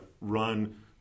run